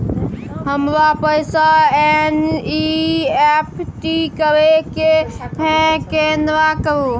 हमरा पैसा एन.ई.एफ.टी करे के है केना करू?